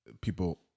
people